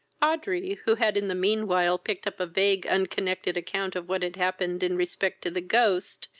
audrey, who had in the mean while picked up a vague unconnected account of what had happened in respect to the ghost,